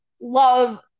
love